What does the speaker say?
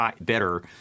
better